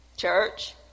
Church